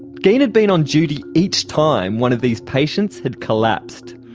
geen had been on duty each time one of these patients had collapsed.